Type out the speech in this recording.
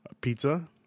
pizza